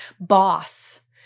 Boss